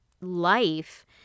life